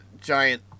giant